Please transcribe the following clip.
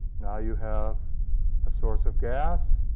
now you have a source of gas.